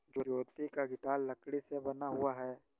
ज्योति का गिटार लकड़ी से बना हुआ है